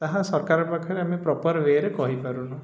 ତାହା ସରକାର ପାଖରେ ଆମେ ପ୍ରପର ୱେରେ କହିପାରୁନୁ